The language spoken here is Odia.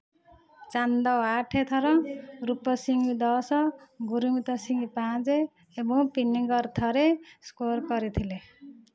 ଚାନ୍ଦ ଆଠ ଥର ରୂପ ସିଂ ଦଶ ଗୁରୁମିତ ସିଂ ପାଞ୍ଚ ଏବଂ ପିନିଗର ଥରେ ସ୍କୋର କରିଥିଲେ